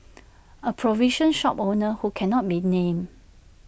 A provision shop owner who cannot be named